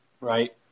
right